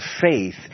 faith